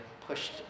pushed